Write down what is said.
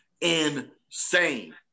Insane